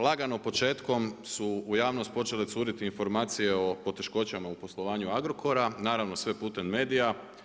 Lagano početkom su u javnost počele curiti informacije o poteškoćama u poslovanju Agrokora, naravno sve putem medija.